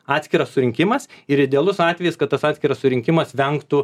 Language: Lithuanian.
atskiras surinkimas ir idealus atvejis kad tas atskiras surinkimas vengtų